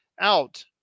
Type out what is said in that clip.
out